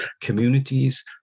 communities